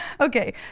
Okay